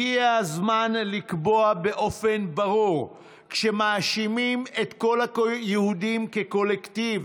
הגיע הזמן לקבוע באופן ברור: כשמאשימים את כל היהודים כקולקטיב